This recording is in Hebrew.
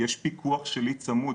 יש פיקוח שלי צמוד,